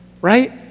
Right